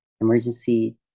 emergency